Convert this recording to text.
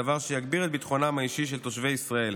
דבר שיגביר את ביטחונם האישי של תושבי ישראל.